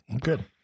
good